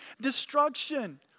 destruction